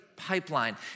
pipeline